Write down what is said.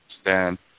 Stan